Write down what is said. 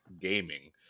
gaming